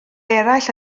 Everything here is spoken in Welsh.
eraill